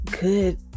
good